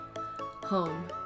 Home